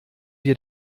wir